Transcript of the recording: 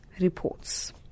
reports